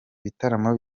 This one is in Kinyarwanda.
bitaramo